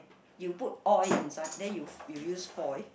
you put oil inside then you you use foil